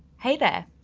hey there,